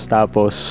Tapos